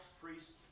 priests